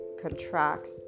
contracts